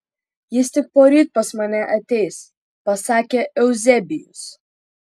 jis tik poryt pas mane ateis pasakė euzebijus